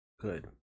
good